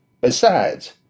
Besides